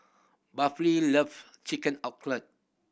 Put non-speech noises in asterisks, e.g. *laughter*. *unintelligible* love Chicken *unintelligible*